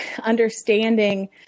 understanding